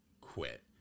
quit